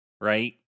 Right